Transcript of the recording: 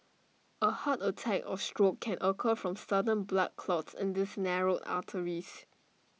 A heart attack or stroke can occur from sudden blood clots in these narrowed arteries